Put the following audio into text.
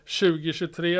2023